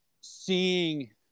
seeing